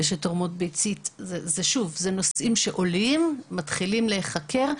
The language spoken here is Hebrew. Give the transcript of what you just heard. אלה נושאים שעולים ומתחילים להיחקר.